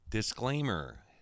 disclaimer